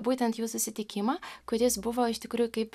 būtent jų susitikimą kuris buvo iš tikrųjų kaip